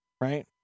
right